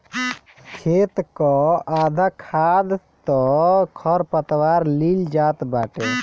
खेत कअ आधा खाद तअ खरपतवार लील जात बाटे